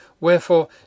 Wherefore